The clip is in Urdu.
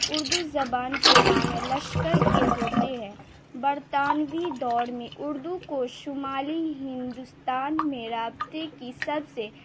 اردو زبان کے معنی لشکر کے ہوتے ہیں برطانوی دور میں اردو کو شمالی ہندوستان میں رابطے کی سب سے